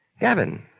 Gavin